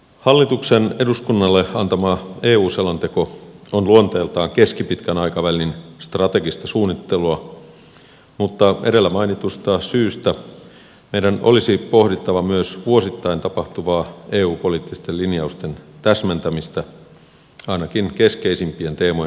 hallituksen eduskunnalle antama eu selonteko on luonteeltaan keskipitkän aikavälin strategista suunnittelua mutta edellä mainitusta syystä meidän olisi pohdittava myös vuosittain tapahtuvaa eu poliittisten linjausten täsmentämistä ainakin keskeisimpien teemojen osalta